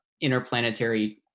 interplanetary